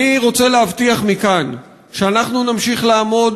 אני רוצה להבטיח מכאן שאנחנו נמשיך לעמוד